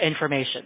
information